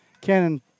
Cannon